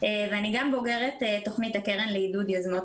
ואני גם בוגרת תוכנית הקרן לעידוד יוזמות